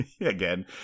again